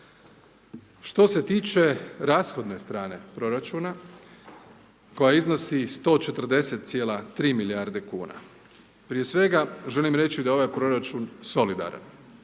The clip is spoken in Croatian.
Što se tiče rashodne strane proračuna koja iznosi 140,3 milijarde kuna. Prije svega želim reći da je ovaj proračun solidaran,